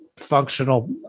functional